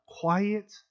quiet